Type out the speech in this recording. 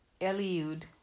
Eliud